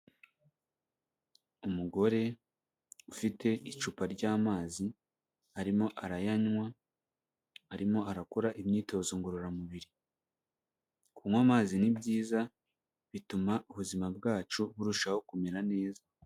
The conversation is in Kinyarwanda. Umugore ufite icupa ry'amazi, arimo arayanywa, arimo arakora imyitozo ngororamubiri, kunywa amazi ni byiza bituma ubuzima bwacu burushaho kumera neza.